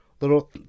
Little